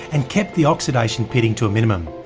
and kept the oxidation pitting to a minimum.